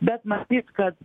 bet matyt kad